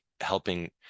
helping